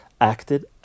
acted